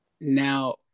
now